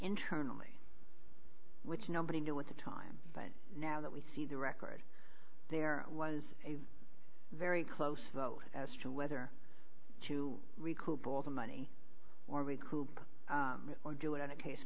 internally which nobody knew what the time but now that we see the record there was a very close vote as to whether to recoup all the money or we've coop or do it on a case